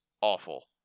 awful